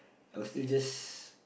I'll still just